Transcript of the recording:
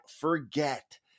forget